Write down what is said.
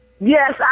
Yes